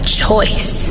choice